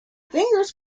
fingers